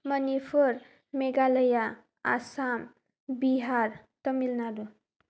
Manipur Meghalaya Assam Bihar Tamil Nadu